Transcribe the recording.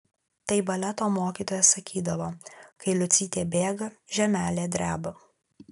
tai baleto mokytoja sakydavo kai liucytė bėga žemelė dreba